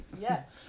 Yes